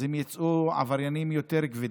אז הם יצאו עבריינים יותר כבדים.